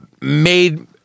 Made